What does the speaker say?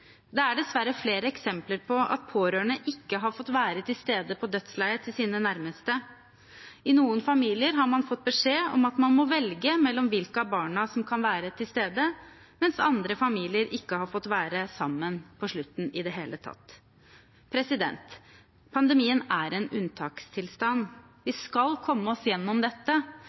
Det er dessverre flere eksempler på at pårørende ikke har fått være til stede på dødsleiet til sine nærmeste. I noen familier har man fått beskjed om at man må velge mellom hvilke av barna som kan være til stede, mens andre familier ikke har fått være sammen på slutten i det hele tatt. Pandemien er en unntakstilstand. Vi skal komme oss gjennom dette,